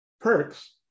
perks